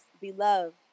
Beloved